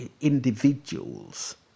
individuals